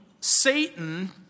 Satan